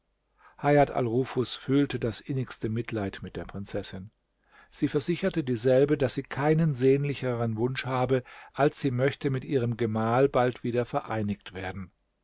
al nufus fühlte das innigste mitleid mit der prinzessin sie versicherte dieselbe daß sie keinen sehnlicheren wunsch habe als sie möchte mit ihrem gemahl bald wieder vereinigt werden